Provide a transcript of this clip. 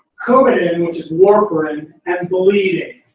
coumadin, which is warfarin, and bleeding.